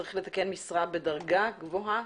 צריך לתקן משרה בדרגה גבוהה.